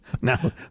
Now